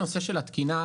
לגבי הנושא של התקינה,